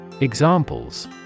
Examples